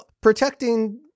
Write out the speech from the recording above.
protecting